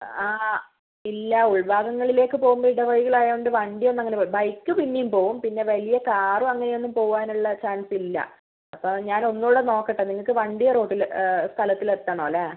ആ ഇല്ല ഉൾ ഭാഗങ്ങളിലേക്ക് പോകുന്ന ഇടവഴികളായത് കൊണ്ട് വണ്ടിയൊന്നും അങ്ങനെ ബൈക്ക് പിന്നെയും പോവും വലിയ കാറും അങ്ങനെ ഒന്നും പോകാനുള്ള ചാൻസ് ഇല്ല അപ്പോൾ ഞാനൊന്നുകൂടെ നോക്കട്ടെ നിങ്ങൾക്ക് വണ്ടിയൊ റോട്ടിൽ സ്ഥലത്തിലെത്തണം അല്ലേ